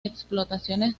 explotaciones